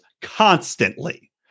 constantly